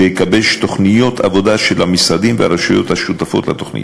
שיגבש תוכניות עבודה של המשרדים והרשויות השותפות לתוכנית,